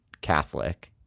Catholic—